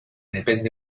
depende